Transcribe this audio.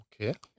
Okay